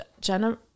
Jenna